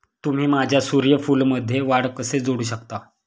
तुम्ही माझ्या सूर्यफूलमध्ये वाढ कसे जोडू शकता?